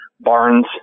barnes